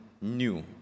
new